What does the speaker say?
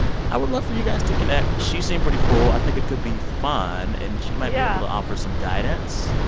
i would love for you guys to connect. she seemed pretty cool. i think it could be fun, and she might. yeah. be able to offer some guidance.